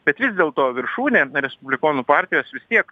bet vis dėlto viršūnė respublikonų partijos vis tiek